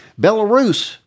Belarus